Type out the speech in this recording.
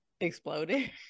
exploded